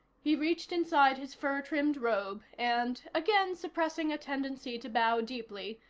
he reached inside his fur-trimmed robe and, again suppressing a tendency to bow deeply,